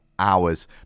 hours